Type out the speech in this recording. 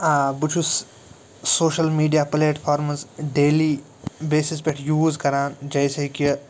آ بہٕ چھُس social media platforms daily basis پٮ۪ٹھ یوٗز کران جیسے کہِ